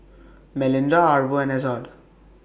Melinda Arvo and Ezzard